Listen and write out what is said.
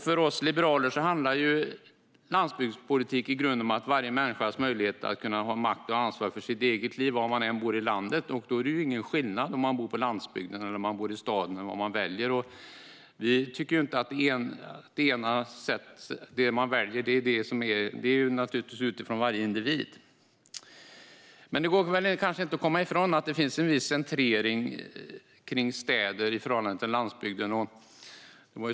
För oss liberaler handlar landsbygdspolitik i grunden om varje människas möjlighet att ha makt över och ansvar för sitt eget liv, var man än bor i landet. Då gör det ingen skillnad för vad man väljer om man bor på landsbygden eller i staden. Vi tycker att det man väljer ska utgå från individen. Men det går kanske inte att komma ifrån att det finns en viss centrering kring städer i förhållande till landsbygden.